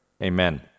Amen